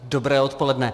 Dobré odpoledne.